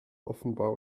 offenbar